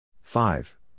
five